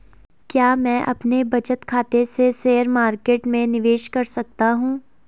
क्या मैं अपने बचत खाते से शेयर मार्केट में निवेश कर सकता हूँ?